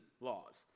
laws